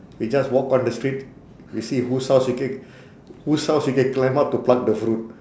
you just walk on the street you see whose house you can whose house you can climb up to pluck the fruit